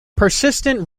persistent